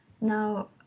now